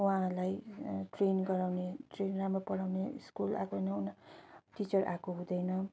उहाँहरूलाई ट्रेन गराउने ट्रेन राम्रो पढाउने स्कुल आएको टिचर आएको हुँदैन